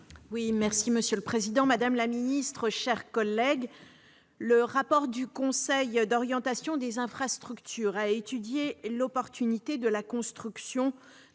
Monsieur le président, madame la ministre, mes chers collègues, dans son rapport, le Conseil d'orientation des infrastructures a étudié l'opportunité de la construction